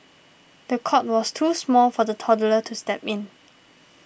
the cot was too small for the toddler to step in